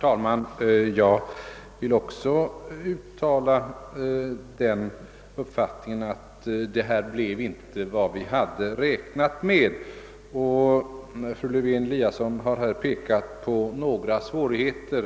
Herr talman! Jag håller med om att det här inte blev vad vi räknat med. Fru Lewén-Eliasson har pekat på några svårigheter.